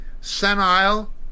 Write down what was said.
senile